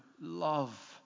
love